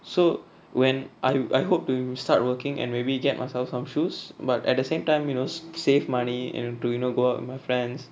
so when I I hope to start working and maybe get myself some shoes but at the same time you know save money and to you know go out with my friends